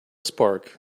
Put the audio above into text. spark